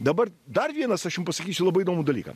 dabar dar vienas aš jum pasakysiu labai įdomų dalyką